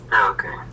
Okay